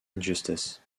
injustice